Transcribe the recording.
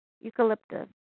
Eucalyptus